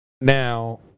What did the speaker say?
now